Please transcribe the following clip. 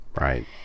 Right